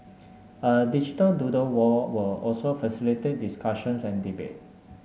a digital doodle wall will also facilitate discussions and debate